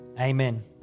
Amen